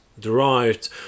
derived